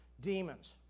demons